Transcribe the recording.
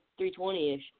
320-ish